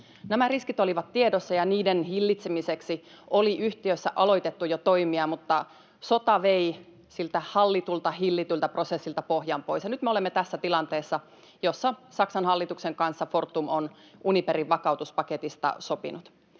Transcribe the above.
Nämä riskit olivat tiedossa, ja niiden hillitsemiseksi oli yhtiössä aloitettu jo toimia, mutta sota vei siltä hallitulta, hillityltä prosessilta pohjan pois, ja nyt me olemme tässä tilanteessa, jossa Saksan hallituksen kanssa Fortum on Uniperin vakautuspaketista sopinut.